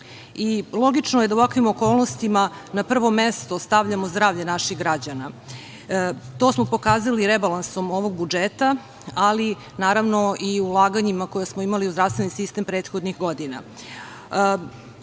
Logično je da u ovakvim okolnostima na prvo mesto stavljamo zdravlje naših građana. To smo pokazali rebalansom ovog budžeta, ali naravno i ulaganjima koja smo imali u zdravstveni sistem prethodnih godina. Ovim